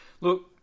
Look